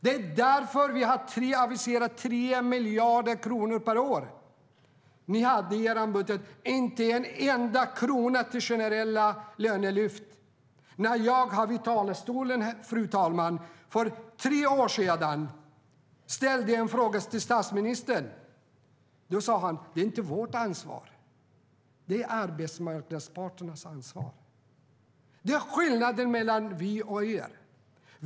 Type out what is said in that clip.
Det är därför vi har aviserat 3 miljarder kronor per år. Ni hade i er budget inte en enda krona till generella lönelyft. När jag, fru talman, här i talarstolen för tre år sedan ställde en fråga till statsministern sa han: Det är inte vårt ansvar, utan det är arbetsmarknadsparternas ansvar. Det är skillnaden mellan oss och er.